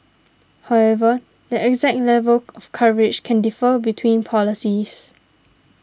however the exact level of coverage can differ between policies